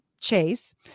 Chase